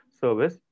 service